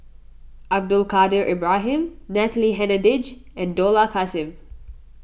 Abdul Kadir Ibrahim Natalie Hennedige and Dollah Kassim